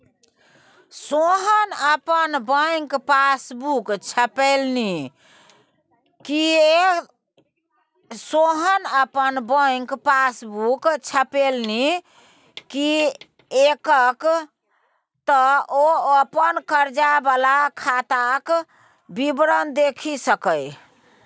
सोहन अपन bank passbook छपेलनि किएक तँ ओ अपन कर्जा वला खाताक विवरण देखि सकय